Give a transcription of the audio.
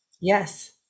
Yes